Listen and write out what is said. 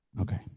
Okay